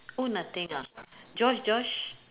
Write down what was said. oh nothing ah Josh Josh